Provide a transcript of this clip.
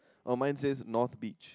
or mine say it's north beach